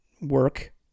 work